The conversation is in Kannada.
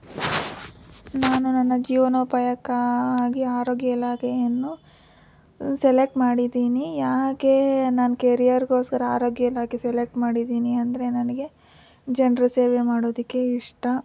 ನಾನು ನನ್ನ ಜೀವನೋಪಾಯಕ್ಕಾಗಿ ಆರೋಗ್ಯ ಇಲಾಖೆಯನ್ನು ಸೆಲೆಕ್ಟ್ ಮಾಡಿದ್ದೀನಿ ಯಾಕೆ ನಾನು ಕೆರಿಯರ್ಗೋಸ್ಕರ ಆರೋಗ್ಯ ಇಲಾಖೆ ಸೆಲೆಕ್ಟ್ ಮಾಡಿದ್ದೀನಿ ಅಂದರೆ ನನಗೆ ಜನರ ಸೇವೆ ಮಾಡೋದಕ್ಕೆ ಇಷ್ಟ